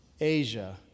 Asia